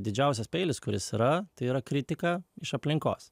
didžiausias peilis kuris yra tai yra kritika iš aplinkos